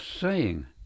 saying